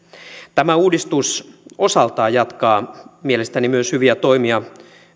tämä uudistus osaltaan jatkaa mielestäni myös hyviä toimia